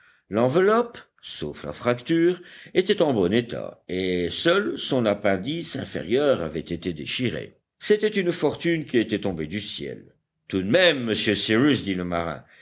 l'enveloppe sauf la fracture était en bon état et seul son appendice inférieur avait été déchiré c'était une fortune qui était tombée du ciel tout de même monsieur cyrus dit le marin